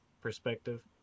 perspective